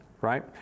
right